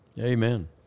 Amen